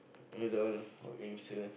it's all about cancer